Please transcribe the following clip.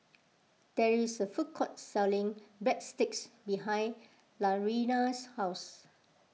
there is a food court selling Breadsticks behind Latrina's house